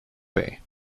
bay